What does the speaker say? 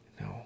No